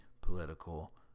political